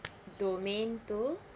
domain two